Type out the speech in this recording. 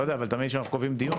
אבל תמיד שאנחנו קובעים את הדיון,